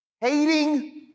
hating